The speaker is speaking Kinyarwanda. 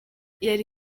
yari